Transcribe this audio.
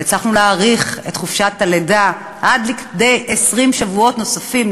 והצלחנו להאריך את חופשת הלידה עד כדי 20 שבועות נוספים,